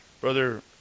Brother